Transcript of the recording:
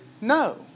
no